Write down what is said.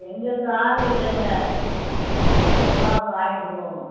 எங்ககிட்ட ஆளு இல்லைங்க நீங்கள் தான் வந்து வாங்கிவிட்டு போகணும்